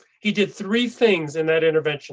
he did three things in that intervention